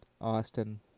austin